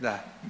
Da.